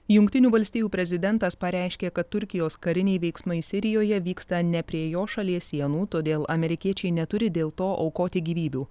jungtinių valstijų prezidentas pareiškė kad turkijos kariniai veiksmai sirijoje vyksta ne prie jo šalies sienų todėl amerikiečiai neturi dėl to aukoti gyvybių